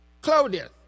Claudius